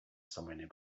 somewhere